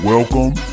Welcome